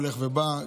הולך ובא,